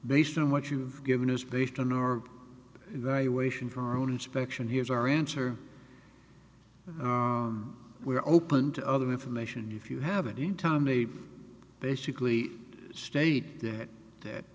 based on what you've given is based on your evaluation from our own inspection here's our answer we're open to other information if you have it in time they basically state that that